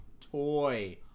toy